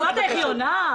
אתה שמעת איך היא ענתה?